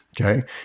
Okay